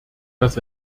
dass